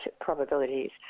probabilities